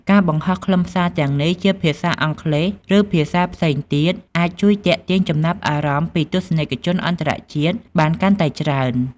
ការបង្ហោះខ្លឹមសារទាំងនេះជាភាសាអង់គ្លេស ឬភាសាផ្សេងទៀត អាចជួយទាក់ទាញចំណាប់អារម្មណ៍ពីទស្សនិកជនអន្តរជាតិបានកាន់តែច្រើន។